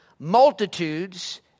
multitudes